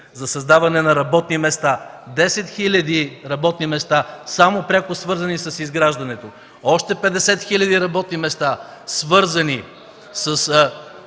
за създаване на работни места – 10 хил. работни места само пряко свързани с изграждането, още 50 хил. работни места, свързани с